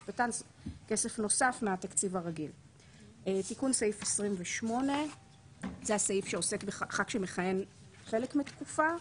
"תיקון סעיף 27 11. בהחלטת שכר חברי הכנסת (הענקות ותשלומים),